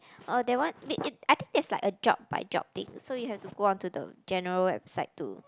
uh that one it I think that's like a job by job thing so you have to go on to the general website to